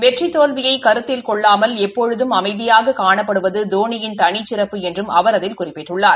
வெற்றித் தோல்வியை கருத்தில் கொள்ளாமல் எப்பொழுதும் அமைதியாக காணப்படுவது தோனி யின் தனி சிறப்பு என்றும் அவர் அதில் குறிப்பிட்டுள்ளார்